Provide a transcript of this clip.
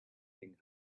king